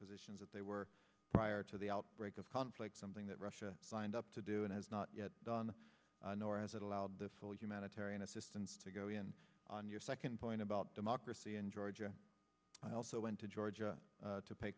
positions that they were prior to the outbreak of conflict something that russia signed up to do and has not yet don nor has it allowed the full humanitarian assistance to go in on your second point about democracy in georgia i also went to georgia to pay